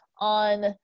on